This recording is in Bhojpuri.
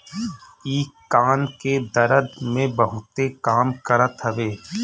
इ कान के दरद में बहुते काम करत हवे